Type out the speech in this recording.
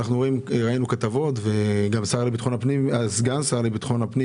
ראינו כתבות וגם סגן השר לביטחון הפנים